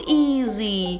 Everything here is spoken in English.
easy